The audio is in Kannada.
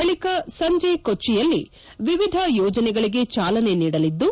ಬಳಿಕ ಸಂಜೆ ಕೊಚ್ಚಿಯಲ್ಲಿ ವಿವಿಧ ಯೋಜನೆಗಳಿಗೆ ಚಾಲನೆ ನೀಡಲಿದ್ದು